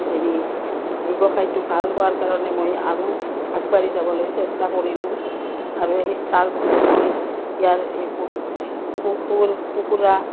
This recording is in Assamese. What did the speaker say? হেৰি ব্যৱসায়টো ভাল হোৱাৰ কাৰণে মই আৰু আগবাঢ়ি যাবলৈ চেষ্টা কৰিলোঁ আৰু সেই তাৰপাছত মই ইয়াৰ এই কুকুৰ কুকুৰা